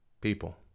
People